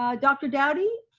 um dr. dowdy,